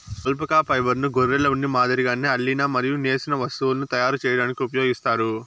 alpaca ఫైబర్ను గొర్రెల ఉన్ని మాదిరిగానే అల్లిన మరియు నేసిన వస్తువులను తయారు చేయడానికి ఉపయోగిస్తారు